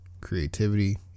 creativity